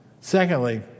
Secondly